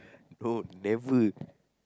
no never